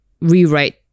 rewrite